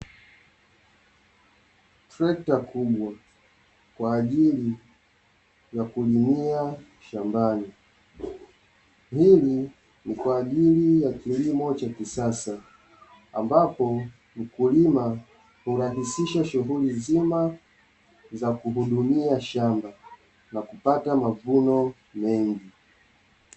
Trekta kubwa kwa ajili ya kulimia shambani, hili ni kwa ajili ya kilimo cha kisasa, ambapo mkulima hurahisisha shughuli nzima za kuhudumia shamba na kupata mavuno mengi.